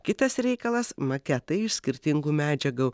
kitas reikalas maketai iš skirtingų medžiagų